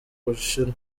bushinwa